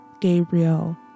Gabriel